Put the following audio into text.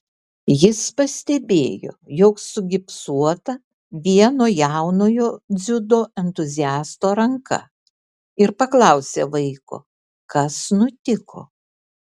jis pastebėjo jog sugipsuota vieno jaunojo dziudo entuziasto ranka ir paklausė vaiko kas nutiko